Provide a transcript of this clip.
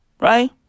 Right